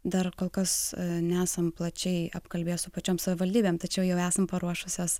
dar kol kas nesam plačiai apkalbėję su pačiom savivaldybėm tačiau jau esam paruošusios